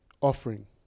offering